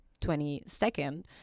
22nd